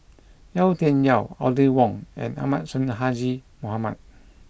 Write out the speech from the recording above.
Yau Tian Yau Audrey Wong and Ahmad Sonhadji Mohamad